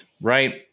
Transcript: right